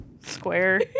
Square